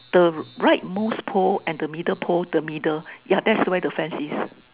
the right most pole and the middle pole the middle yeah that's where the fence is